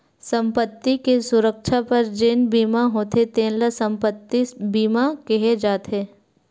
संपत्ति के सुरक्छा बर जेन बीमा होथे तेन ल संपत्ति बीमा केहे जाथे